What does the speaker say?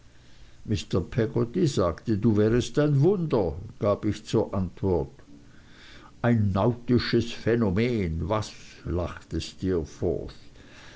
peggotty sagte du wärest ein wunder gab ich zur antwort ein nautisches phänomen was lachte